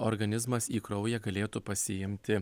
organizmas į kraują galėtų pasiimti